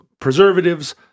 preservatives